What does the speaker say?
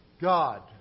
God